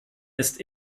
ist